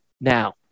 now